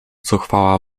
zuchwała